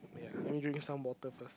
me drink some water first